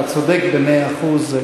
אתה צודק במאה אחוז.